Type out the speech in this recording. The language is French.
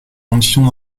conditions